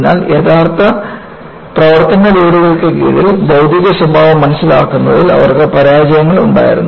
അതിനാൽ യഥാർത്ഥ പ്രവർത്തന ലോഡുകൾക്ക് കീഴിൽ ഭൌതിക സ്വഭാവം മനസിലാക്കുന്നതിൽ അവർക്ക് പരാജയങ്ങൾ ഉണ്ടായിരുന്നു